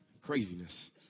Craziness